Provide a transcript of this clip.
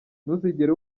ntuzigere